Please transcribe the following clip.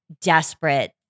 desperate